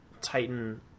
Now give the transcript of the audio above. Titan